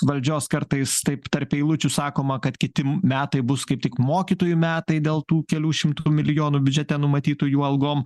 valdžios kartais taip tarp eilučių sakoma kad kiti metai bus kaip tik mokytojų metai dėl tų kelių šimtų milijonų biudžete numatytų jų algom